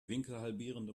winkelhalbierende